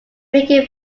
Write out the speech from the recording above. became